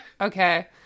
Okay